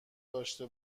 داشته